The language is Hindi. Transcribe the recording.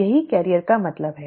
यही वाहक का मतलब है